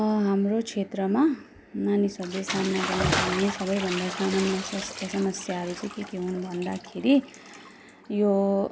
हाम्रो क्षेत्रमा मानिसहरूले सामना गर्नु पर्ने सबैभन्दा सामान्य स्वास्थ्य समस्याहरू चाहिँ के के हुन् भन्दाखेरि यो